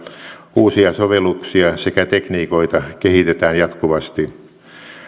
uusia sovelluksia sekä tekniikoita kehitetään jatkuvasti